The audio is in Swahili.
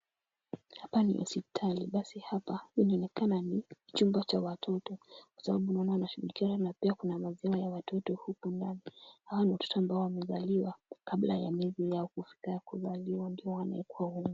Hapa ni hospitali basi hapa inaonekana ni chumba cha watoto kwa sababu tunaona nesi fulani na pia kuna maziwa ya watoto huku ndani, Hawa ni watoto wamezaliwa kabla ya miezi yao kufika ya kuzaliwa ndio wanawekwa humu.